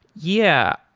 yeah.